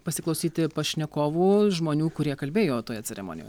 pasiklausyti pašnekovų žmonių kurie kalbėjo toje ceremonijoj